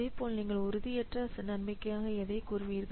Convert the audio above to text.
இதேபோல் நீங்கள் உறுதியற்ற நன்மையாக எதைக் கூறுவீர்கள்